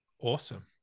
Awesome